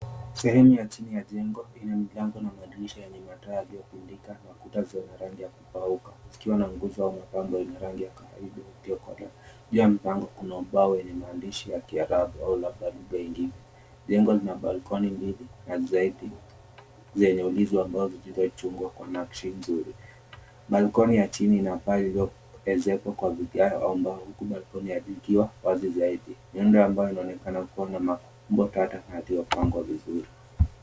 Sehemu ya chini ya jengo lina milango na madirisha yenye mataa yaliyopindika. Ukuta zina rangi ya kukauka zikiwa na nguzo au mapambo yenye rangi ya kahawia iliyokolea. Juu ya mpango kuna ubao yenye mahandishi ya kiarabu au labda mbegi. Jengo lina balkoni mbili na zaidi zenye nguzo zilizochungwa kwa nakshi nzuri. Balkoni ya chini ina paa ililoezekwa kwa mgawo wa mbao huku balkoni ikiwa wazi zaidi. Muundo ambayo inaonekana kuwa na maumbo tata na yaliyopangwa vizuri.